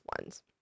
ones